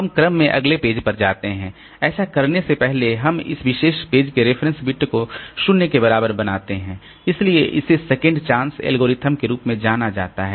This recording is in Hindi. हम क्रम में अगले पेज पर जाते हैं लेकिन ऐसा करने से पहले हम इस विशेष पेज के रेफरेंस बिट को 0 के बराबर बनाते हैं इसलिए इसे सेकंड चांस एल्गोरिथ्म के रूप में जाना जाता है